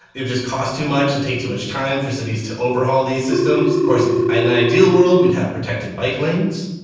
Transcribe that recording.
it would just cost too much, and take too much time for cities to overhaul these systems. of course, in an ideal world, we'd have protected bike lanes.